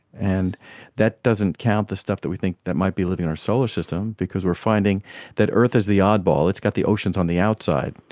and that doesn't count the stuff that we think that might be living in our solar system because we are finding that earth is the oddball. it's got the oceans on the outside.